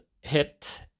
hit